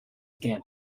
again